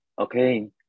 Okay